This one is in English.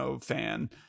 fan